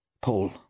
Paul